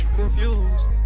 confused